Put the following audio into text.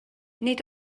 nid